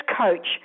coach